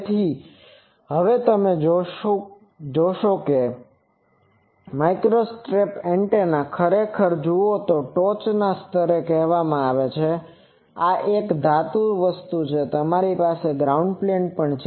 તેથી હવે આપણે જોશું કે જો તમે આ માઇક્રોસ્ટ્રિપ એન્ટેનાને ખરેખર જુઓ તો આ ટોચ સ્તરને પેચ કહેવામાં આવે છે આ એક ધાતુની વસ્તુ છે તમારી પાસે ગ્રાઉન્ડ પ્લેન પણ છે